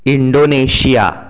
Indonesia